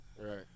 Right